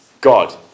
God